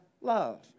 love